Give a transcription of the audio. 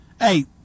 Hey